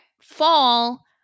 Fall